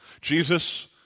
Jesus